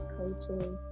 coaches